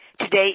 Today